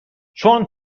چون